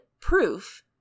proof